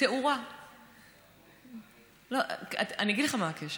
לא הבנתי מה הקשר.